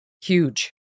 huge